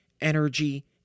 energy